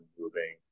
moving